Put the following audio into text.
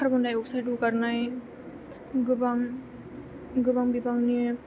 कारबन्दाय oxide हगारनाय गोबां बिबांनि